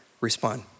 Respond